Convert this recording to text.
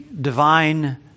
divine